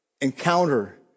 encounter